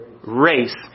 Race